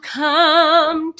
come